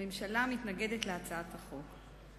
הממשלה מתנגדת להצעת החוק.